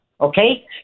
okay